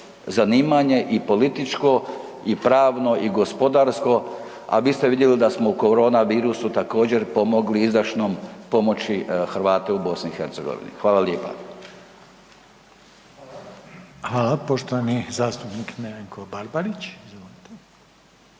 zanimanje i političko i pravno i gospodarsko, a vi ste vidjeli da smo u korona virusu također pomogli izdašnom pomoći Hrvate u BiH. Hvala lijepa. **Reiner, Željko (HDZ)** Hvala. Poštovani zastupnik Barbarić.